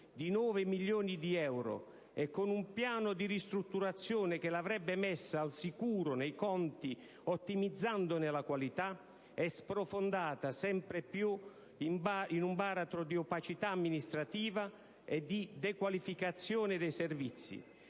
di 9 milioni di euro e con un piano di ristrutturazione che l'avrebbe messa al sicuro nei conti ottimizzandone la qualità, è sprofondata sempre più in un baratro di opacità amministrativa e di dequalificazione dei servizi